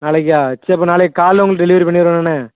நாளைக்கா செரி அப்போ நாளைக்கு காலையில உங்களுக்கு டெலிவரி பண்ணிடவாணே